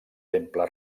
temple